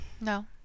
No